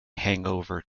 hangover